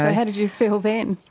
how did you feel then?